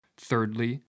Thirdly